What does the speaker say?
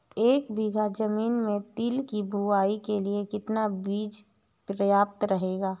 एक बीघा ज़मीन में तिल की बुआई के लिए कितना बीज प्रयाप्त रहेगा?